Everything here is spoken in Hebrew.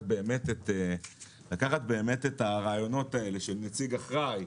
באמת את הרעיונות האלה של נציג אחראי,